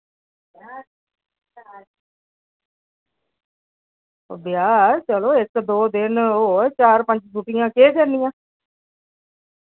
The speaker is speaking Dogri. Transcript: ओह् ब्याह् चलो इक्क दो दिन होऐ चार पंज छुट्टियां केह् करनियां